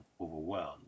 overwhelmed